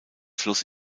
fluss